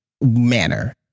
manner